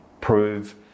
prove